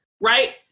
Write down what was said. right